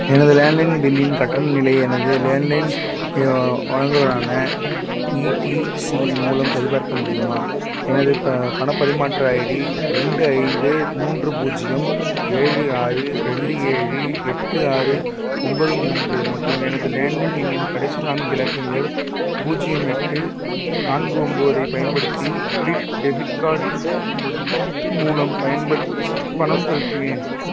எனது லேண்ட்லைன் பில்லின் கட்டண நிலையை எனது லேண்ட்லைன் வழங்குநரான இடிசியின் மூலம் சரிபார்க்க முடியுமா எனது ப பண பரிமாற்ற ஐடி ரெண்டு ஐந்து மூன்று பூஜ்ஜியம் ஏழு ஆறு ரெண்டு ஏழு எட்டு ஆறு ஒன்பது மூன்று மற்றும் எனது லேண்ட்லைன் எண்ணின் கடைசி நான்கு இலக்கங்கள் பூஜ்ஜியம் எட்டு நான்கு ஒன்போதை பயன்படுத்தி க்ரெடிட் டெபிட் கார்ட் மூலம் பயன்படுத்தி பணம் செலுத்தினேன்